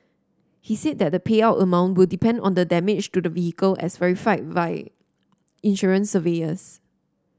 he said that the payout amount will depend on the damage to the vehicle as verified by insurance surveyors